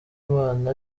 imana